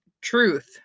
truth